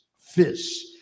fish